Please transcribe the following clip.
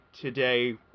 today